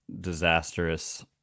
disastrous